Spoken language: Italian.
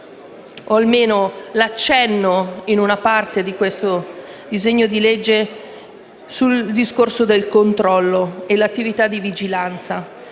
o almeno l'accenno in una parte di questo disegno di legge, al discorso del controllo e dell'attività di vigilanza.